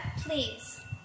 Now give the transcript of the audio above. please